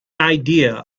idea